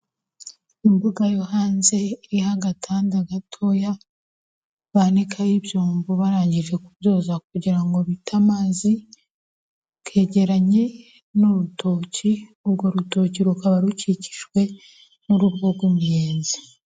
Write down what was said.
Imbuga yo hanze iriho agatanda gatoya banikaho ibyombo barangije kubyoza kugira ngo bita amazi, kegeranye n'urutoki, urwo rutoki rukaba rukikijwe n'urugo rw'imiyenzi.